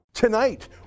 Tonight